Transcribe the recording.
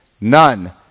None